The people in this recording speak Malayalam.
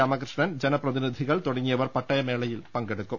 രാമകൃഷ്ണൻ ജനപ്രതിനിധികൾ തുട ങ്ങിയവർ പട്ടയമേളയിൽ പങ്കെടുക്കും